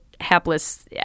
hapless